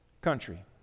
country